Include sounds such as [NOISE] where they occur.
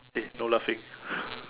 eh no laughing [BREATH]